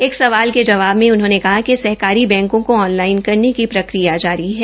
एक सवाल के ा वाब में उन्होंने कहा कि सहकारी बैंको को ऑनलाइन करने की प्रक्रिया थारी है